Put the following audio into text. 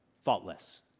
faultless